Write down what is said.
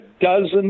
dozen